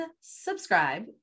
subscribe